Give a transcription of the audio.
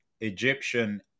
Egyptian